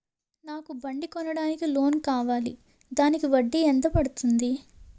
నాకు బండి కొనడానికి లోన్ కావాలిదానికి వడ్డీ ఎంత పడుతుంది?